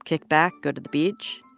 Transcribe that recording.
kick back, go to the beach,